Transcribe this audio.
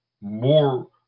more